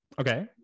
Okay